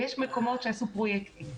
ויש מקומות שעשו פרויקטים.